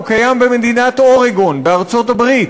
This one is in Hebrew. הוא קיים במדינת אורגון בארצות-הברית,